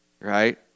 right